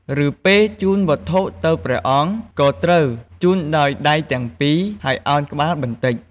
ឬពេលជូនវត្ថុទៅព្រះអង្គ ក៏ត្រូវជូនដោយដៃទាំងពីរ ហើយឱនក្បាលបន្តិច។